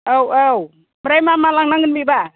औ औ ओमफ्राय मा मा लांनांगोन बेबा